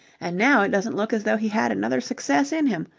and now it doesn't look as though he had another success in him.